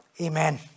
Amen